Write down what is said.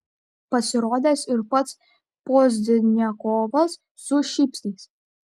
pasirodęs ir pats pozdniakovas su šypsniais